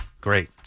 great